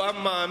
הוא עם מאמין,